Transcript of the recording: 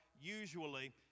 usually